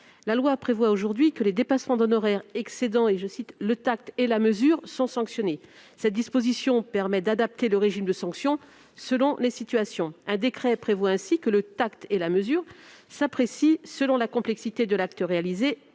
La loi prévoit aujourd'hui que les dépassements d'honoraires excédant « le tact et la mesure » sont sanctionnés. Cette disposition permet d'adapter le régime de sanctions selon les situations. Un décret prévoit ainsi que le tact et la mesure s'apprécient en fonction de la complexité de l'acte réalisé,